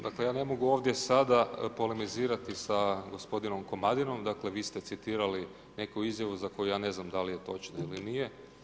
Dakle, ja ne mogu ovdje sada polemizirati sa gospodinom Komadinom, dakle vi ste citirali neku izjavu za koju ja ne znam da li je točna ili nije.